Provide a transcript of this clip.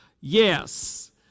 Yes